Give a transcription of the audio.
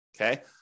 okay